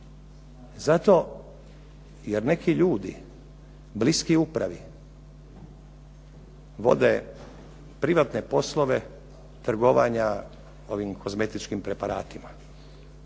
Zato jer neki ljudi bliski upravi vode privatne poslove trgovanja ovim kozmetičkim preparatima.